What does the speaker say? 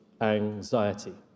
anxiety